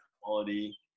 quality